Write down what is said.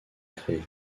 créée